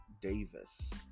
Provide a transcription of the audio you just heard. Davis